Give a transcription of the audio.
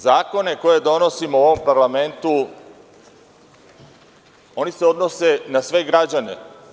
Zakoni koje donosimo u ovom parlamentu odnose se na sve građane.